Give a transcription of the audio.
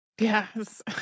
Yes